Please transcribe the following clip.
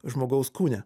žmogaus kūne